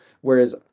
Whereas